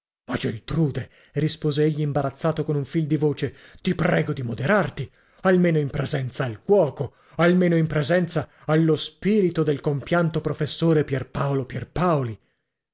geltrude rispose egli imbarazzato con un fil di voce ti prego di moderarti almeno in presenza al cuoco almeno in presenza allo spirito del compianto professore pierpaolo pierpaoli